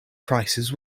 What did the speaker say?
prices